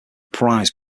prized